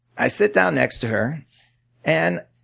i sit down next to her and